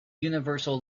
universal